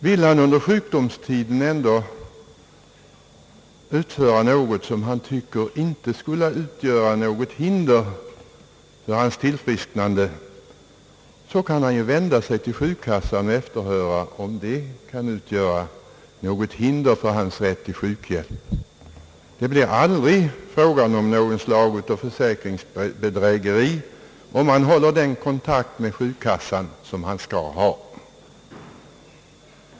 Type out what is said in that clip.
Vill han under sjukdomstiden ändå utföra något arbete, som han tycker inte skulle utgöra något hinder för hans tillfrisknande, kan han ju vända sig till sjukkassan och efterhöra, om detta arbete kan utgöra något hinder för hans rätt till sjukhjälp. Det blir aldrig fråga om något slag av försäkringsbedrägeri, om han håller den kontakt med sjukkassan som han skall hålla.